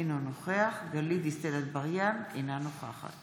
אינו נוכח גלית דיסטל אטבריאן, אינה נוכחת